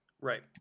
Right